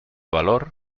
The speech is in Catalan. valor